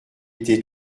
été